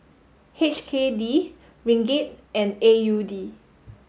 H K D Ringgit and A U D